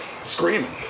screaming